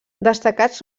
destacats